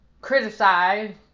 criticize